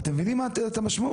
אתם מבינים את המשמעות?